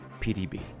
PDB